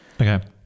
Okay